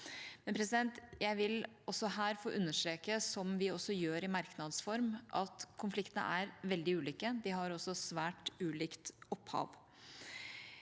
behandles likt. Jeg vil også her få understreke, som vi gjør i merknads form, at konfliktene er veldig ulike. De har også svært ulikt opphav.